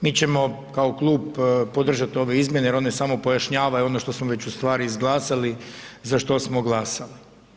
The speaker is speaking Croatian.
Mi ćemo kao klub podržati ove izmjene jer one samo pojašnjavaju ono što smo već ustvari izglasali za što smo glasali.